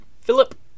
Philip